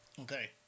Okay